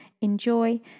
enjoy